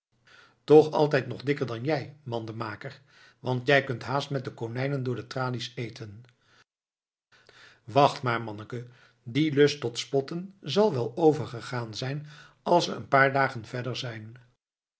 toch altijd nog dikker dan jij mandenmaker want jij kunt haast met de konijnen door de tralies eten wacht maar manneke die lust tot spotten zal wel overgegaan zijn als we een paar dagen verder zijn